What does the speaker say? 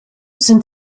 sind